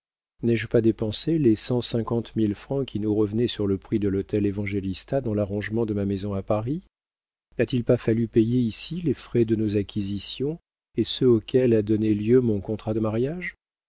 n'ai-je pas dépensé les cent cinquante mille francs qui nous revenaient sur le prix de l'hôtel évangélista dans l'arrangement de ma maison à paris n'a-t-il pas fallu payer ici les frais de nos acquisitions et ceux auxquels a donné lieu mon contrat de mariage